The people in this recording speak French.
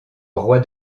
roi